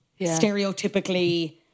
stereotypically